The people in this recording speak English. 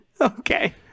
Okay